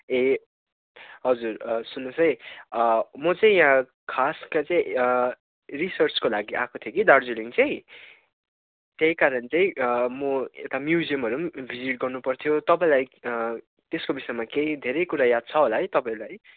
ए हजुर सुन्नुहोस् है म चाहिँ यहाँ खास के चाहिँ रिसर्चको लागि आएको थिएँ कि दार्जिलिङ चाहिँ त्यही कारण चाहिँ म यता म्युजियमहरू पनि भिजिट गर्नुपर्थ्यो तपाईँलाई त्यसको विषयमा केही धेरै कुरा याद छ होला है तपाईँलाई